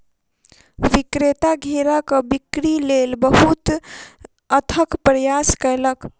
विक्रेता घेराक बिक्री लेल बहुत अथक प्रयास कयलक